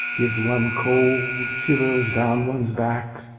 gives one cold shivers down one's back,